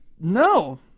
No